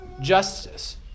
justice